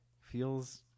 feels